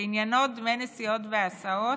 שעניינו דמי נסיעות והסעות,